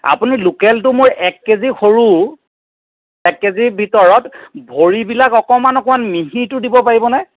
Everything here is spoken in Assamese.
আপুনি লোকেলটো মোৰ এক কে জি সৰু এক কে জিৰ ভিতৰত ভৰিবিলাক অকণমান অকণমান মিহিটো দিব পাৰিবনে